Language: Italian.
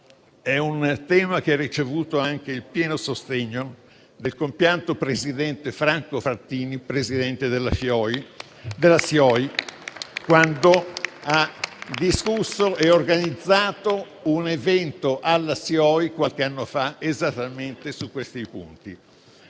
è un tema che ha ricevuto anche il pieno sostegno del compianto Franco Frattini, presidente della SIOI, quando ha discusso e organizzato un evento alla SIOI, qualche anno fa, esattamente su questi punti.